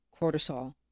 cortisol